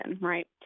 right